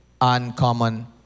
uncommon